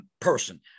person